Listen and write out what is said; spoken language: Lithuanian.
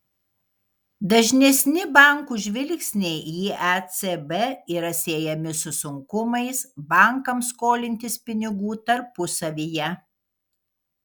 dažnesni bankų žvilgsniai į ecb yra siejami su sunkumais bankams skolintis pinigų tarpusavyje